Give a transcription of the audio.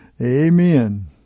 Amen